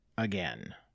again